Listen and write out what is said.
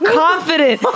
confident